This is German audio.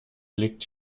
liegt